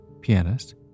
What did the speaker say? pianist